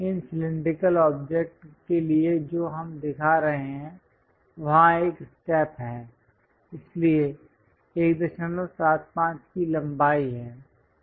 इन cylindrical object के लिए जो हम दिखा रहे हैं वहां एक स्टेप है इसके लिए 175 की लंबाई है